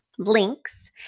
links